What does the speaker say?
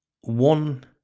One